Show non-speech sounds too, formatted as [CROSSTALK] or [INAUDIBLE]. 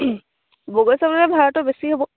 [UNINTELLIGIBLE] চাবলৈ ভাড়াটো বেছি হ'ব